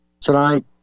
tonight